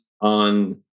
on